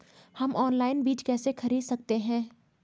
हम ऑनलाइन बीज कैसे खरीद सकते हैं?